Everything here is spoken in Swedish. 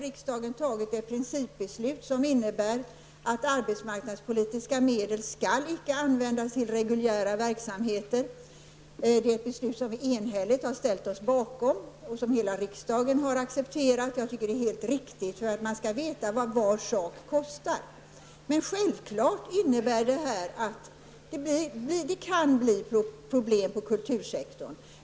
Riksdagen har fattat ett principbeslut som innebär att arbetsmarknadspolitiska medel inte skall användas till reguljära verksamheter. Det är ett beslut som vi enhälligt har ställt oss bakom, och som hela riksdagen alltså har accepterat. Jag tycker att det är helt riktigt, och man skall veta vad var sak kostar. Men självfallet innebär detta att det kan bli problem inom kultursektorn.